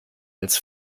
als